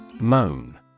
Moan